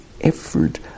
effort